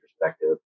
perspective